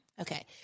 Okay